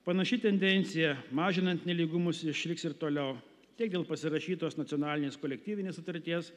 panaši tendencija mažinant nelygumus išliks ir toliau tiek dėl pasirašytos nacionalinės kolektyvinės sutarties